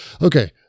okay